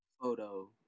photo